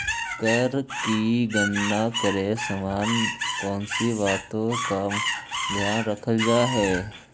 कर की गणना करे समय कौनसी बातों का ध्यान रखल जा हाई